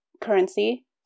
currency